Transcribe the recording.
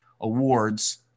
Awards